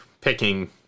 picking